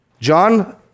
John